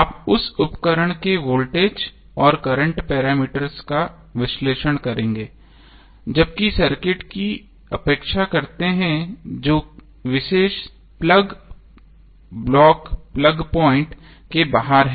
आप उस उपकरण के वोल्टेज और करंट पैरामीटर्स का विश्लेषण करेंगे जबकि सर्किट की अपेक्षा करते हैं जो विशेष प्लग ब्लॉक प्लग प्वाइंट के बाहर है